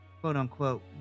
quote-unquote